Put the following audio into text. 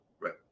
Right